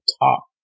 top